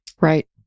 Right